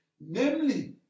namely